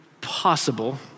possible